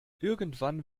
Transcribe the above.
irgendwann